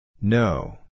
No